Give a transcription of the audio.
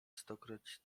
stokroć